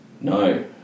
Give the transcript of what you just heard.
No